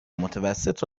متوسط